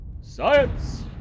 Science